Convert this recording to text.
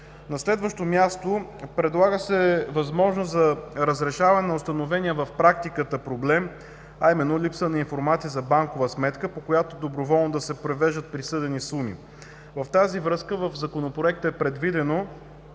На следващо място, предлага се възможност за разрешаване на установения в практиката проблем, а именно липса на информация за банкова сметка, по която доброволно да се превеждат присъдени суми. В тази връзка в Законопроекта е предвидено